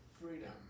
freedom